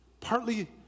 partly